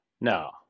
No